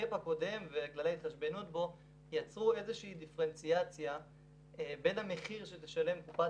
הקאפ הקודם וכללי ההתחשבנות בו יצרו דיפרנציאציה בין המחיר שתשלם קופת